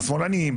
השמאלנים,